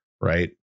right